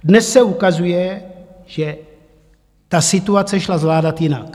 Dnes se ukazuje, že ta situace šla zvládat jinak.